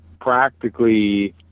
practically